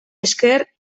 esker